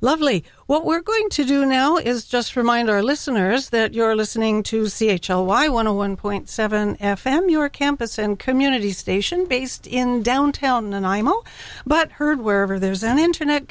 lovely what we're going to do now is just remind our listeners that you're listening to c h l i want to one point seven f m your campus and community station based in downtown and imo but heard wherever there's an internet